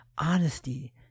honesty